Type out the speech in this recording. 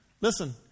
Listen